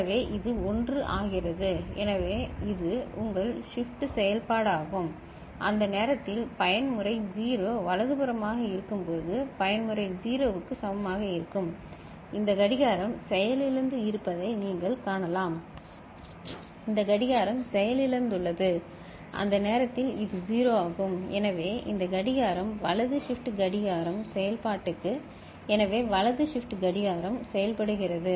எனவே இது 1 ஆகிறது அது சரி எனவே இது உங்கள் ஷிப்ட் செயல்பாடாகும் அந்த நேரத்தில் பயன்முறை 0 வலதுபுறமாக இருக்கும்போது பயன்முறை 0 க்கு சமமாக இருக்கும் இந்த கடிகாரம் செயலிழந்து இருப்பதை நீங்கள் காணலாம் இந்த கடிகாரம் செயலிழந்துள்ளது அந்த நேரத்தில் இது 1 ஆகும் எனவே இந்த கடிகாரம் வலது ஷிப்ட் கடிகாரம் செயல்பாட்டுக்கு எனவே வலது ஷிப்ட் கடிகாரம் செயல்படுகிறது